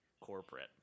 corporate